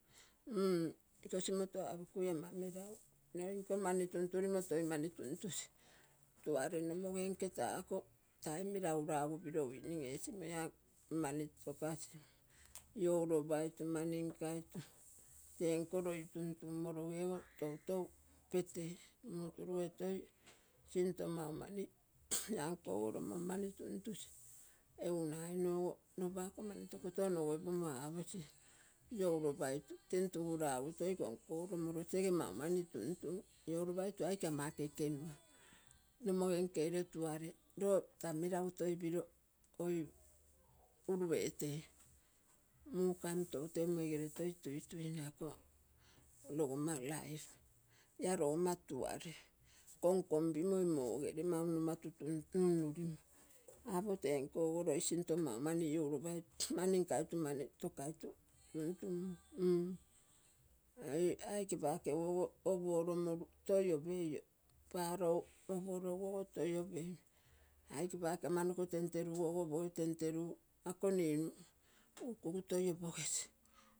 M iko simoto apokui ama melagu. Loi nko mani tumfulimo toi mani tumtusi. Tuate nomogenke ako tai melagu lagu piro uinim esi moi, ako mani tokasi, ioulopaitu, mani nkaitu te nko loi tumtum-morogego toi tou petei. M, muu turuge toi sinto maumani iankogo lomon mani tuntusi egu nagainnogo lopa ako sinoto onogoipomo aposi ioulopaitu lagu toi konkogo lomolo tege maumai tuntun. Ioulopaitu aike ama ekenua, nomogenkele tuate lo ta meragu toi pilo oi ulu etei, mukami tou teumoigere toi tuituine ako logomma laip ia logoma tuarei, komkomimoi mogere, mau numatu numnumo. Apo tenko loi sinto maumani ioulopaitu, mani nkaitu, mani tokaitu tuntungui m-e aike pakeu ogo opuoromoru toi opeio. Palou opuologuogo toi opeio aike pake ama noko temterugu ogo opoge temterugu iko ninu ukugu toi opogesi.